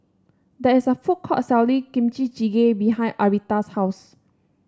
there is a food court selling Kimchi Jjigae behind Aretha's house